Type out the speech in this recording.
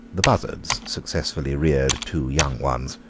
the buzzards successfully reared two young ones,